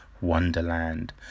wonderland